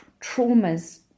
traumas